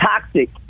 toxic